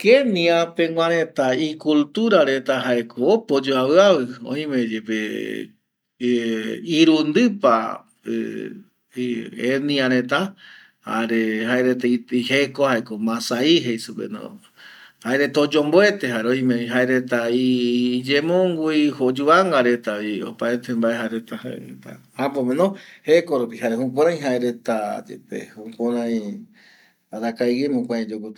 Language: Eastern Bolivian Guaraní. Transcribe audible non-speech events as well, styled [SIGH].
Kenia pegua reta i cultura reta jaeko opa oyoavi avii oime yepe [HESITATION] irundipa [HESITATION] etnia reta jare jae reta jeko jae ko masai jei supe no jae reta oyomboete jare oime jae reta iyemongui oyuvanga reta vi opaete mbae jae reta apo pe no jeko rupi jukurai jae reta yepe, jukurai arakae guie ma jukurai yogueru yoguireko